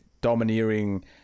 domineering